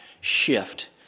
shift